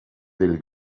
del